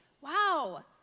wow